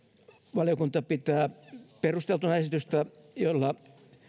valiokunta pitää perusteltuna esitystä jolla